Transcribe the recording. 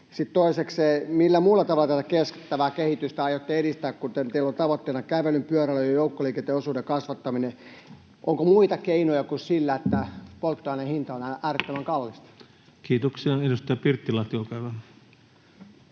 toisekseen: Millä muulla tavalla tätä kestävää kehitystä aiotte edistää, kun teillä on tavoitteena kävelyn, pyöräilyn ja joukkoliikenteen osuuden kasvattaminen? Onko muita keinoja kuin se, että polttoaineen hinta on äärettömän kallista? Kiitoksia.